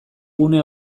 gune